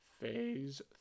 Phase